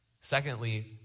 secondly